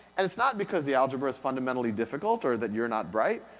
and it's not because the algebra is fundamentally difficult, or that you're not bright,